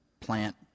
plant